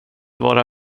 vara